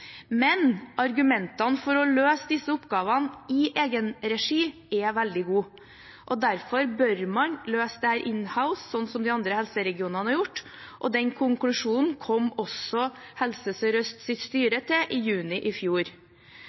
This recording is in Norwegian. Men argumentene for å løse disse oppgavene i egen regi er veldig gode. Derfor bør man løse dette «in-house», som de andre helseregionene har gjort, og den konklusjonen kom styret i Helse Sør-Øst til i juni i fjor.